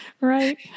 Right